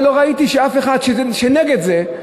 ולא ראיתי אף אחד שהוא נגד זה,